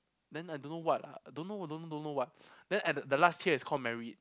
then I don't know what ah don't know don't don't know what then at the last tier is call merit